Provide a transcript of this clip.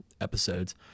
episodes